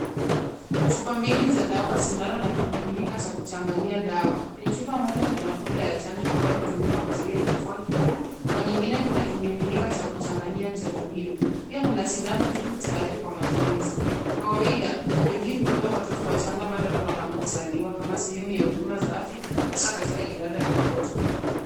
Chupa mbili za dawa, sindano na kimiminika cha kuchanganyia dawa. Kwenye chupa moja kuna poda ya chanjo ambayo hutumika kuzuia kifua kikuu. Kwa nyingine kuna kimiminika cha kuchanganyia chanjo hio. Pia kuna sindano tupu tayari kwa matumizi. Kwa kawaida chanjo hii hupewa watoto wachanga mara tuuh wanapozaliwa kama sehemu ya huduma za afya hasa katika idara ya watoto.